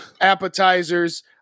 appetizers